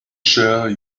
share